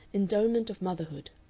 endowment of motherhood.